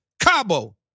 Cabo